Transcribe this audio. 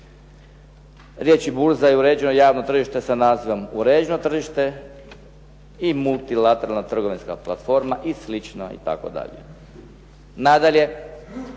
Riječi “burza“ je uređeno javno tržište sa nazivom uređeno tržište i multilateralna trgovinska platforma i slično itd. Nadalje,